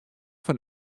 fan